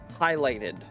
highlighted